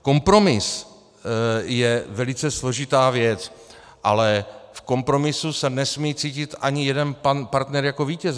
Kompromis je velice složitá věc, ale v kompromisu se nesmí cítit ani jeden partner jako vítěz.